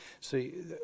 see